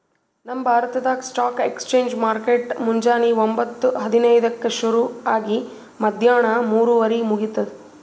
ನಮ್ ಭಾರತ್ದಾಗ್ stock exchange market ಮುಂಜಾನಿ ಒಂಬತ್ತು ಹದಿನೈದಕ್ಕ ಶುರು ಆಗಿ ಮದ್ಯಾಣ ಮೂರುವರಿಗ್ ಮುಗಿತದ್